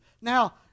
Now